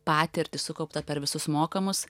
patirtį sukauptą per visus mokymus